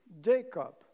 Jacob